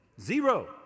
Zero